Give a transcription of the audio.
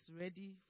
ready